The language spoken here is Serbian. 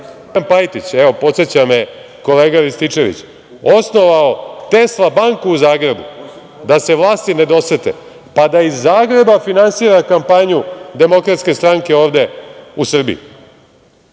Pajtić, evo, podseća me kolega Ristićević, osnovao Tesla banku u Zagrebu, da se vlasti ne dosete, pa da iz Zagreba finansira kampanju Demokratske stranke ovde u Srbiji